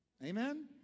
Amen